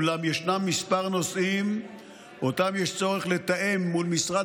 אולם יש כמה נושאים שאותם יש צורך לתאם מול משרד